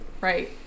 Right